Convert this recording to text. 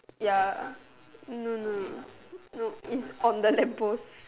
ya no no no nope its on the lamp post